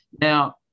now